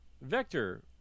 Vector